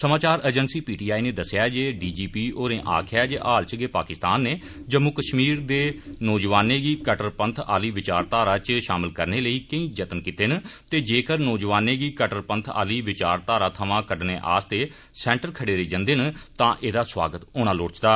समाचार agency P T I नै दस्सैआ जे डी जी पी होरें आक्खेया जे हाल इच गै पाकिस्तान नै जम्मू कश्मीर दे नौजवानें गी कटटरपंथ आहली विचारधारा इच शामिल करने लेई केई जतन कीते न ते जेकर नौजवानें गी कटटरपंथ आहली विचारधारा थमां कडडने आस्तै सैंटर खडेरे जंदे न तां एहदा सौआगत होना लोड़चदा